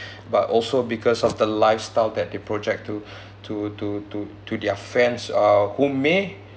but also because of the lifestyle that they project to to to to to their fans uh who may